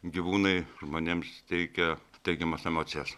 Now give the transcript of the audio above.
gyvūnai žmonėms teikia teigiamas emocijas